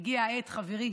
חברים,